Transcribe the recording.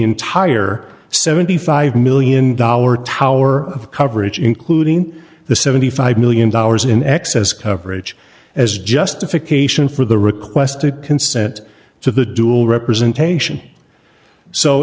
entire seventy five million dollars tower coverage including the seventy five million dollars in excess coverage as justification for the request to consent to the dual